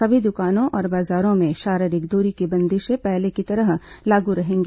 सभी दुकानों और बाजारों में शारीरिक दूरी की बंदिशें पहले की तरह ही लागू रहेंगी